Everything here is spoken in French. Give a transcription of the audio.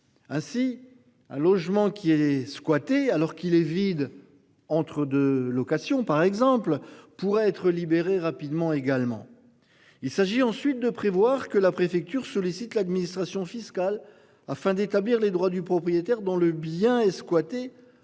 ainsi à logement qui est squattée alors qu'il est vide entre 2 locations par exemple pourraient être libérés rapidement également. Il s'agit ensuite de prévoir que la préfecture sollicite l'administration fiscale afin d'établir les droits du propriétaire dans le bien et squattée